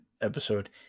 episode